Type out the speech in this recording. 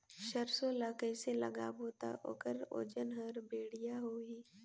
सरसो ला कइसे लगाबो ता ओकर ओजन हर बेडिया होही?